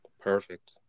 Perfect